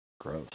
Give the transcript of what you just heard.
gross